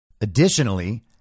Additionally